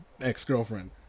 ex-girlfriend